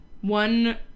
one